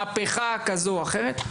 על מהפכה כזו או אחרת,